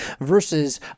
versus